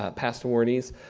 past awardees,